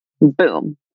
boom